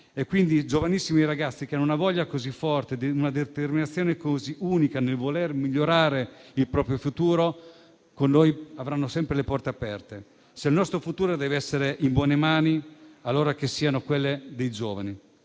Ragazzi giovanissimi che hanno una voglia così forte e una determinazione così unica nel migliorare il proprio futuro con noi avranno sempre le porte aperte. Se il nostro futuro deve essere in buone mani, allora che siano quelle dei giovani.